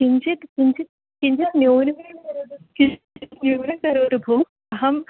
किञ्चित् किञ्चित् किञ्चित् न्यूनं किञ्चित् न्यूनं करोतु भोः अहम्